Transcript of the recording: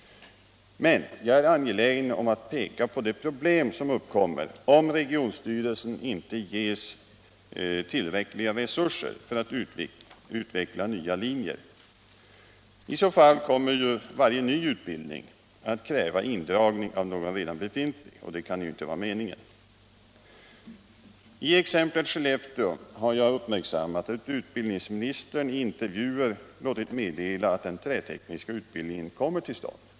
Men jag är angelägen om att peka på det problem som uppkommer om regionstyrelsen inte ges tillräckliga resurser för att utveckla nya linjer. I så fall kommer ju varje ny utbildning att kräva indragning av någon redan befintlig, och det kan inte vara meningen. I exemplet Skellefteå har jag uppmärksammat att utbildningsministern i intervjuer låtit meddela att den trätekniska utbildningen kommer till stånd.